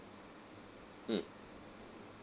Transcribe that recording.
mm